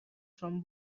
from